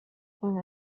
and